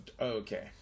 Okay